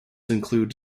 include